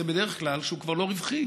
זה בדרך כלל כשהוא כבר לא רווחי,